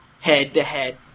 head-to-head